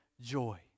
joy